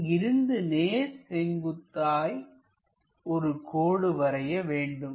இங்கிருந்து நேர் செங்குத்தாக ஒரு கோடு வரைய வேண்டும்